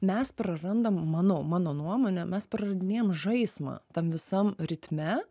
mes prarandam mano mano nuomone mes praradinėjam žaismą tam visam ritme